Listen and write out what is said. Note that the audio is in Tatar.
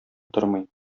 тормый